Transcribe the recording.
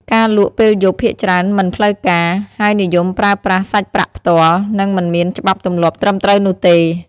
ការលក់ពេលយប់ភាគច្រើនមិនផ្លូវការ ហើយនិយមប្រើប្រាស់សាច់ប្រាក់ផ្ទាល់ និងមិនមានច្បាប់ទម្លាប់ត្រឹមត្រូវនោះទេ។